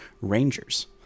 Rangers